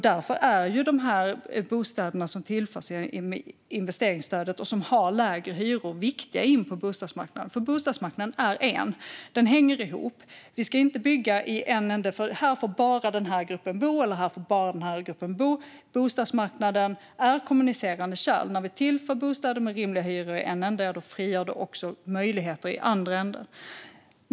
Därför är de bostäder som tillförs i och med investeringsstödet och som har lägre hyror viktiga för bostadsmarknaden, för bostadsmarknaden hänger ihop. Vi ska inte bygga bostäder och säga att bara en viss grupp får bo där. Bostadsmarknaden är kommunicerande kärl. När vi tillför bostäder med rimliga hyror i en ände frigörs också möjligheter i andra änden.